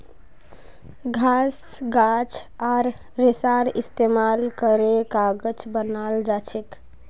घास गाछ आर रेशार इस्तेमाल करे कागज बनाल जाछेक